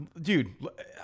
dude